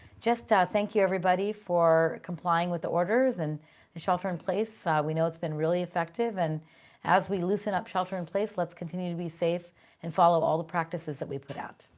just thank you everybody for complying with the orders and the and shelter in place. we know it's been really effective. and as we loosen up shelter in place, let's continue to be safe and follow all the practices that we put out.